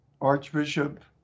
Archbishop